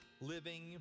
living